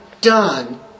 done